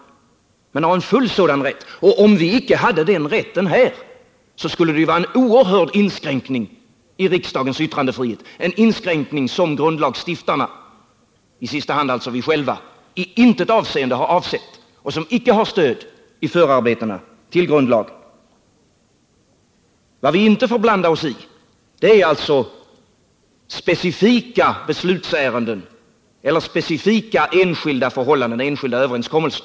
Man har en fullständig sådan rätt. Om vi icke hade den rätten här skulle det vara en oerhörd inskränkning av riksdagens yttrandefrihet, en inskränkning som grundlagsstiftarna — i sista hand alltså vi själva — i intet avseende har avsett och som icke har stöd i förarbetena till grundlagen. Vad vi inte får blanda oss i är alltså specifika beslutsärenden eller specifika enskilda förhållanden och enskilda överenskommelser.